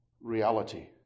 reality